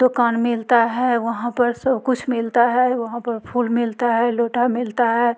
दुकान मिलता है वहाँ पर सब कुछ मिलता है वहाँ पर फूल मिलता है लोटा मिलता है